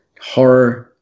horror